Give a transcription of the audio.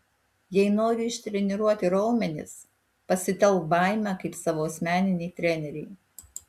jei nori ištreniruoti raumenis pasitelk baimę kaip savo asmeninį trenerį